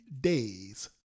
days